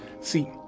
see